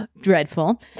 dreadful